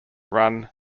run